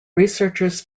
researchers